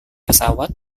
pesawat